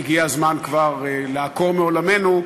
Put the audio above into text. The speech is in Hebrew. הגיע הזמן כבר לעקור מעולמנו,